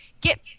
get